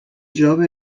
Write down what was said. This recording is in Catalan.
jove